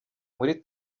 muri